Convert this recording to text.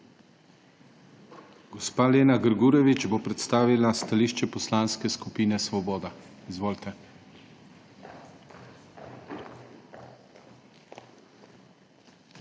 Gospa Lena Grgurevič bo predstavila stališče Poslanske skupine Svoboda. Izvolite.